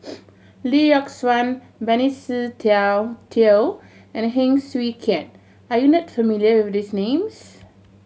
Lee Yock Suan Benny Se Teo and Heng Swee Keat are you not familiar with these names